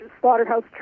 slaughterhouse